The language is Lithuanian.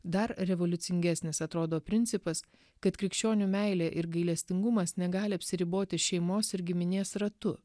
dar revoliucingesnis atrodo principas kad krikščionių meilė ir gailestingumas negali apsiriboti šeimos ir giminės ratu